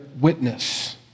witness